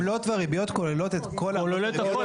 העמלות והריביות כוללות את כל --- כוללות הכל,